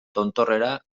tontorrera